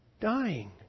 dying